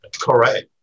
Correct